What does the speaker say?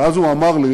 ואז הוא אמר לי